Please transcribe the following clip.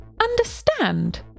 Understand